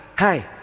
Hi